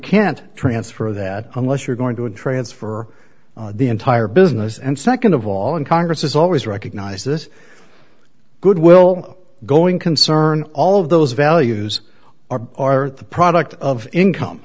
can't transfer that unless you're going to transfer the entire business and second of all in congress is always recognize this goodwill going concern all of those values are the product of income